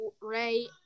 Ray